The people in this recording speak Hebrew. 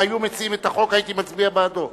הייתי מצביע בעדו.